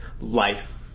life